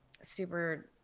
super